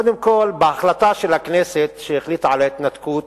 קודם כול, בהחלטה של הכנסת, שהחליטה על ההתנתקות,